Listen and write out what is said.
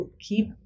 keep